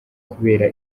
kubera